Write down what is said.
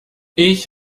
ich